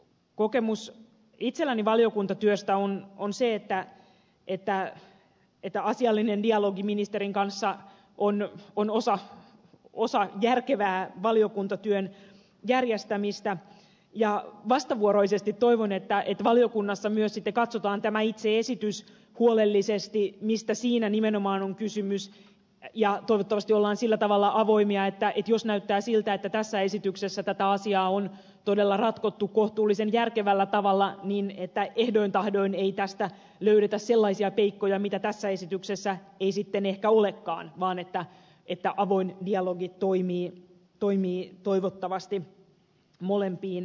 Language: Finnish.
kokemus itselläni valiokuntatyöstä on se että asiallinen dialogi ministerin kanssa on osa järkevää valiokuntatyön järjestämistä ja vastavuoroisesti toivon että valiokunnassa myös sitten katsotaan tämä itse esitys huolellisesti mistä siinä nimenomaan on kysymys ja toivottavasti ollaan sillä tavalla avoimia että jos näyttää siltä että tässä esityksessä tätä asiaa on todella ratkottu kohtuullisen järkevällä tavalla niin ehdoin tahdoin ei tästä löydetä sellaisia peikkoja mitä tässä esityksessä ei sitten ehkä olekaan vaan että avoin dialogi toimii toivottavasti molempiin suuntiin